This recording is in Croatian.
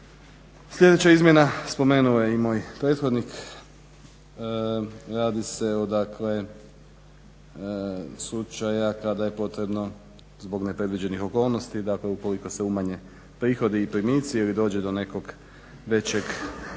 Sljedeća izmjena, spomenuo je i moj prethodnik, radi se o slučaju kada je potrebno zbog nepredviđenih okolnosti, dakle ukoliko se umanje prihodi i primici ili dođe do nekog većeg neočekivanog